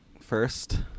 First